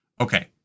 Okay